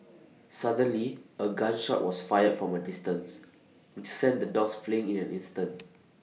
suddenly A gun shot was fired from A distance which sent the dogs fleeing in an instant